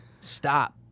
Stop